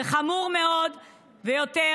וחמור ביותר,